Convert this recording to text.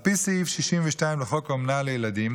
על פי סעיף 62 לחוק אומנה לילדים,